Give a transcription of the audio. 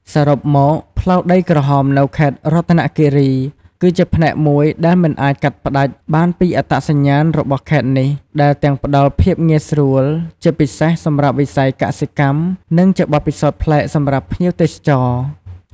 សរុបមក ផ្លូវដីក្រហមនៅខេត្តរតនគិរីគឺជាផ្នែកមួយដែលមិនអាចកាត់ផ្តាច់បានពីអត្តសញ្ញាណរបស់ខេត្តនេះ ដែលទាំងផ្តល់ភាពងាយស្រួល ជាពិសេសសម្រាប់វិស័យកសិកម្ម និងជាបទពិសោធន៍ប្លែកសម្រាប់ភ្ញៀវទេសចរ។